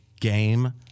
Game